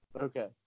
Okay